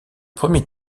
premier